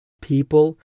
people